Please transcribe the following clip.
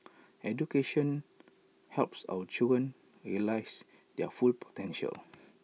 education helps our children realise their full potential